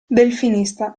delfinista